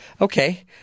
Okay